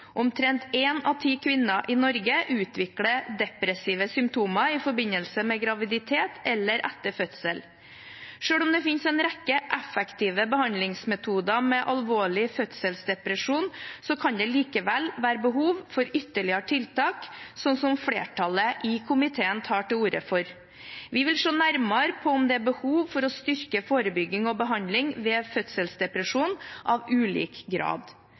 Omtrent en av ti kvinner i Norge utvikler depressive symptomer i forbindelse med graviditet eller etter fødsel. Selv om det finnes en rekke effektive behandlingsmetoder ved alvorlig fødselsdepresjon, kan det likevel være behov for ytterligere tiltak, slik flertallet i komiteen tar til orde for. Vi vil se nærmere på om det er behov for å styrke forebygging og behandling ved fødselsdepresjon av ulik grad.